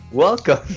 Welcome